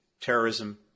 terrorism